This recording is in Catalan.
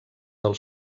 del